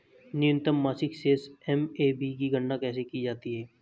न्यूनतम मासिक शेष एम.ए.बी की गणना कैसे की जाती है?